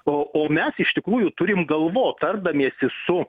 o o mes iš tikrųjų turim galvot tardamiesi su